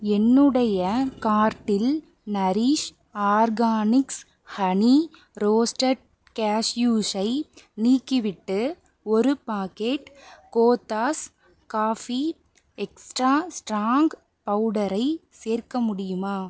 என்னுடைய கார்ட்டில் Nourish organics honey roasted கேஷ்யூஸை நீக்கிவிட்டு ஒரு packet Cothas coffee extra strong பவுடரை சேர்க்க முடியுமா